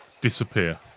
disappear